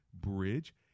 bridge